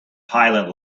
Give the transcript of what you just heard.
pilot